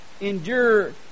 Endure